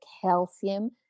calcium